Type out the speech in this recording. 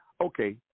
okay